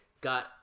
got